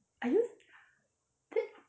are you th~